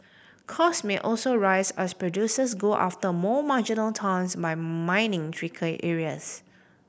cost may also rise as producers go after more marginal tons by mining trickier areas